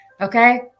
okay